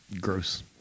Gross